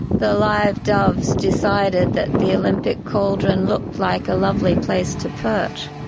the live doves decided that the olympic cauldron looked like a lovely place to perch,